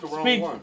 Speak